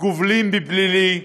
גובלים בפלילי.